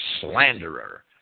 slanderer